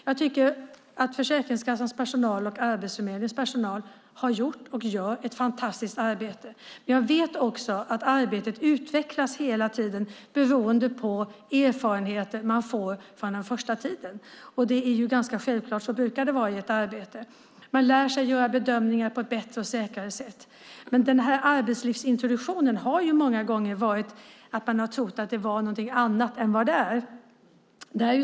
Jag tycker att Försäkringskassans och Arbetsförmedlingens personal har gjort och gör ett fantastiskt arbete. Jag vet också att arbetet hela tiden utvecklas beroende på erfarenheterna från den första tiden, vilket är ganska självklart; så brukar det vara i ett arbete. Man lär sig att på ett bättre och säkrare sätt göra bedömningar. Arbetslivsintroduktionen har man många gånger trott vara någonting annat än vad den är.